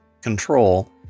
control